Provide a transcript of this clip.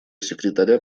секретаря